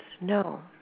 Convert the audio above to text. No